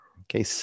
Okay